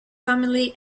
commonly